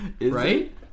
Right